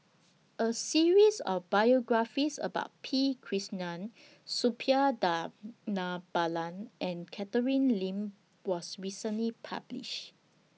A series of biographies about P Krishnan Suppiah Dhanabalan and Catherine Lim was recently published